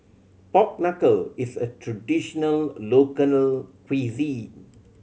pork knuckle is a traditional local cuisine